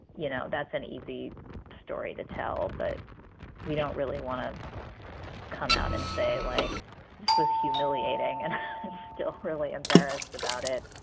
you know, that's an easy story to tell. but we don't really want to come out and say, like, this was humiliating. and i'm still really embarrassed about it